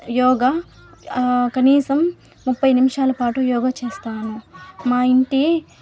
యోగా కనీసం ముప్పై నిమిషాల పాటు యోగా చేస్తాను మా ఇంటి